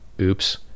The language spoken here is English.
Oops